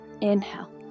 Inhale